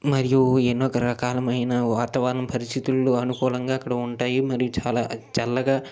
మరియు ఎన్నో రకాలమైనా వాతావరణ పరిస్థితులు అనుకూలంగా అక్కడ ఉంటాయి మరియు చాలా చల్లగా